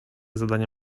zadania